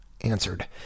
answered